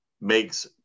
makes